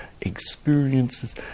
experiences